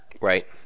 Right